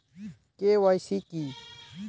KYC কী?